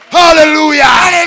hallelujah